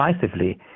decisively